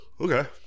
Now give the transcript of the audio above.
Okay